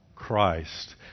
Christ